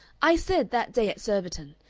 i said, that day at surbiton,